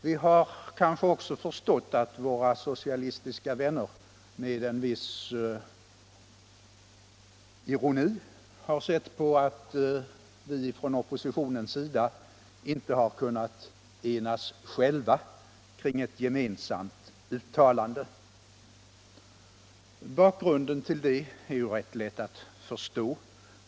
Vi har kanske också förstått att våra socialistiska vänner med en viss ironi har sett på att vi från oppositionens sida inte själva har kunnat enas kring ett gemensamt uttalande. Näringspolitiken Näringspolitiken Bakgrunden till det är rätt lätt att förstå.